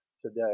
today